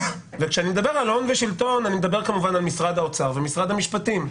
כשאני מדבר על הון ושלטון אני מדבר כמובן על משרד האוצר ומשרד המשפטים.